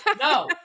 No